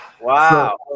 Wow